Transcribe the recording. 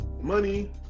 money